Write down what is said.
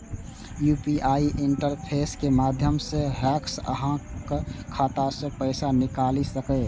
UPI interface के माध्यम सं हैकर्स अहांक खाता सं पैसा निकालि सकैए